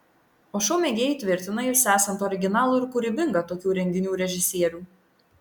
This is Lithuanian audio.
o šou mėgėjai tvirtina jus esant originalų ir kūrybingą tokių renginių režisierių